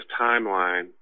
timeline